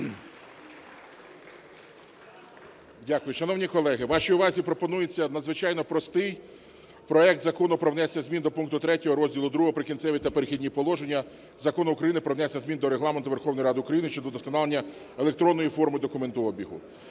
Дякую. Шановні колеги, вашій увазі пропонується надзвичайно простий проект Закону про внесення зміни до пункту 3 розділу II "Прикінцеві та перехідні положення" Закону України "Про внесення змін до Регламенту Верховної Ради України" щодо вдосконалення електронної форми документообігу.